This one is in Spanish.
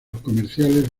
comerciales